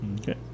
Okay